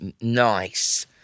Nice